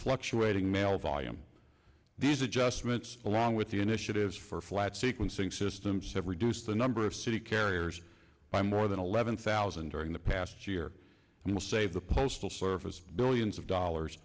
fluctuating mail volume these adjustments along with the initiatives for flat sequencing systems have reduced the number of city carriers by more than eleven thousand during the past year we will save the postal service billions of dollars